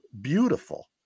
beautiful